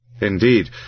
Indeed